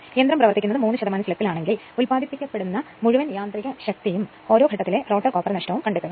യന്ത്രം പ്രവർത്തിക്കുന്നത് 3 സ്ലിപ്പിൽ ആണ് എങ്കിൽ ഉല്പാദിപ്പിക്കപ്പെടുന്ന മുഴുവൻ യാന്ത്രിക ശക്തിയും ഓരോ ഘട്ടത്തിലെ റോട്ടർ കോപ്പർ നഷ്ടവും കണ്ടെത്തുക